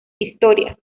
historias